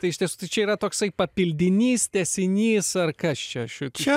tai iš tiesų tai čia yra toksai papildinys tęsinys ar kas čia šičia